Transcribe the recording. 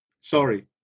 Sorry